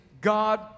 God